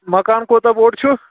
مکان کوتاہ بوٚڑ چھُ